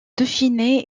dauphiné